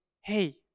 hey